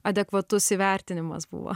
adekvatus įvertinimas buvo